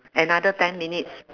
another ten minutes